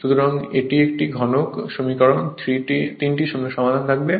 সুতরাং এটি একটি ঘন সমীকরণের 3টি সমাধান থাকবে